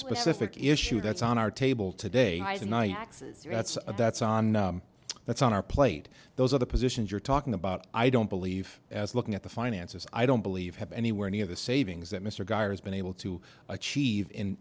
specific issue that's on our table today the night that's that's on that's on our plate those are the positions you're talking about i don't believe as looking at the finances i don't believe have anywhere near the savings that mr geir has been able to achieve in